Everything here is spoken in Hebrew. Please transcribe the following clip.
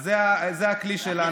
אז זה הכלי שלנו,